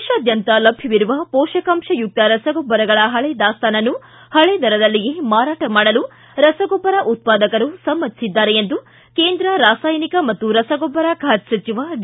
ದೇಶಾದ್ಯಂತ ಲಭ್ಯವಿರುವ ಪೋಷಕಾಂತಯುಕ್ಷ ರಸಗೊಬ್ಬರಗಳ ಪಳೆ ದಾಸ್ತಾನನ್ನು ಪಳೆ ದರದಲ್ಲಿಯೇ ಮಾರಾಟ ಮಾಡಲು ರಸಗೊಬ್ಬರ ಉತ್ಪಾದಕರು ಸಮ್ನತಿಸಿದ್ದಾರೆ ಎಂದು ಕೇಂದ್ರ ರಾಸಾಯನಿಕ ಮತ್ತು ರಸಗೊಬ್ಬರ ಖಾತೆ ಸಚಿವ ಡಿ